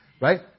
Right